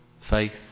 faith